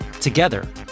Together